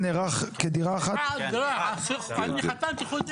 כן, אני חתמתי חוזה.